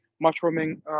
mushrooming